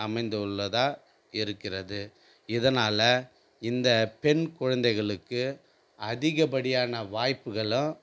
அமைந்துள்ளதாக இருக்கிறது இதனால் இந்த பெண் குழந்தைகளுக்கு அதிகப்படியான வாய்ப்புகளும்